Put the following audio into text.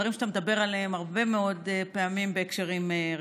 דברים שאתה מדבר עליהם הרבה מאוד פעמים בהקשרים רחבים.